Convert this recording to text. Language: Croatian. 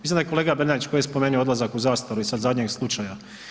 Mislim da je kolega Bernardić koji je spomenuo odlazak u zastaru i sa zadnjeg slučaja.